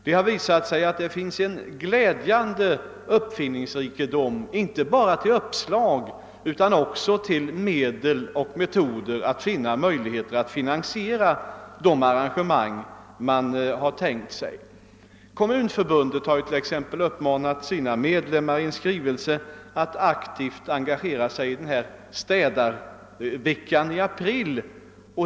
Den har tvärtom visat sig vara glädjande stor, inte bara när det gäller uppslag utan också när det gäller medel och metoder att finansiera de arrangemang som man har tänkt sig. Kommunförbundet t.ex. har i en skrivelse uppmanat sina medlemmar att aktivt engagera sig för städarveckan i april.